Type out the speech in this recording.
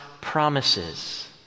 promises